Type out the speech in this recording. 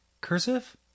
Cursive